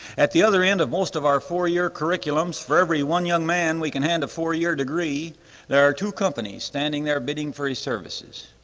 at the other end of most of our four-year curriculums, for every one young man we can hand a four-year degree there are two companies standing there bidding free services.